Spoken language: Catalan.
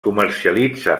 comercialitza